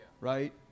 right